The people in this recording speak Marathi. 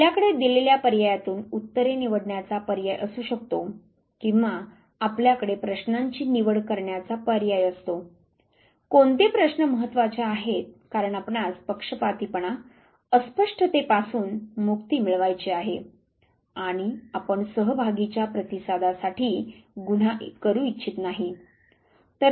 आपल्याकडे दिलेल्या पर्यायांतून उत्तरे निवडन्याचा पर्याय असु शकतो किंवा आपल्याकडे प्रश्नांची निवड करण्याचा पर्याय असतो कोणते प्रश्न महत्वाचे आहेत कारण आपणास पक्षपातीपणा अस्पष्टतेपासूनमुक्ती मिळवायची आहे आणि आपण सहभागी च्या प्रतिसादा साठी गुन्हा करू इच्छित नाही